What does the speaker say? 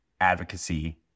advocacy